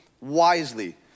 wisely